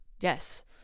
Yes